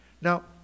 Now